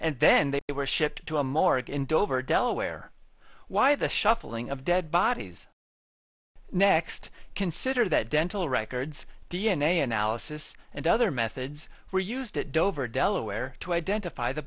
and then they were shipped to a morgue in dover delaware why the shuffling of dead bodies next consider that dental records d n a analysis and other methods were used at dover delaware to identify the